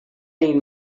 این